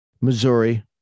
Missouri